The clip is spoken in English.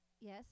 yes